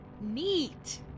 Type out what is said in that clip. Neat